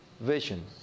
Vision